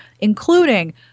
including